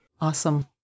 Awesome